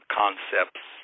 concepts